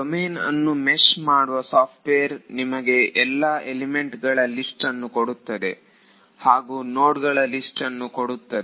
domain ಅನ್ನು mesh ಮಾಡುವ software ನಿಮಗೆ ಎಲ್ಲಾ ಎಲಿಮೆಂಟ್ ಗಳ ಲಿಸ್ಟನ್ನು ಕೊಡುತ್ತದೆ ಹಾಗೂ ನೋಡ್ಗಳ ಲಿಸ್ಟ್ ಅನ್ನು ಕೊಡುತ್ತದೆ